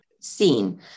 seen